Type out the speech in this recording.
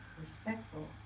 respectful